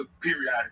periodically